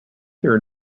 their